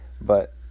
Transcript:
but-